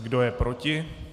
Kdo je proti?